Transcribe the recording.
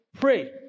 Pray